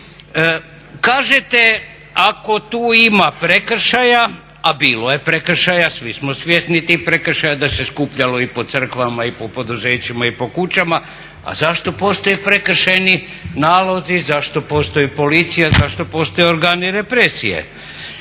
Kažete ako tu ima prekršaja, a bilo je prekršaja, svi smo svjesni tih prekršaja da se skupljalo i po crkvama i po poduzećima i po kućama. A zašto postoje prekršajni nalozi? Zašto postoji policija? Zašto postoje organi represije?